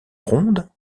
ronde